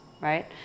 right